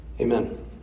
amen